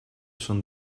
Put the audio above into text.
són